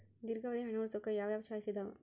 ದೇರ್ಘಾವಧಿ ಹಣ ಉಳಿಸೋಕೆ ಯಾವ ಯಾವ ಚಾಯ್ಸ್ ಇದಾವ?